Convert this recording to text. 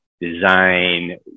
design